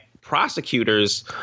prosecutors